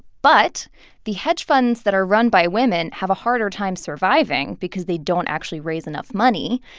but the hedge funds that are run by women have a harder time surviving because they don't actually raise enough money.